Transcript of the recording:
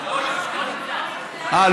אה,